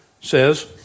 says